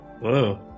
Whoa